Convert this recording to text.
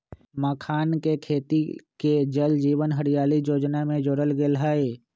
मखानके खेती के जल जीवन हरियाली जोजना में जोरल गेल हई